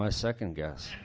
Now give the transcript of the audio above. my second guess